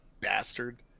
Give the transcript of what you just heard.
bastard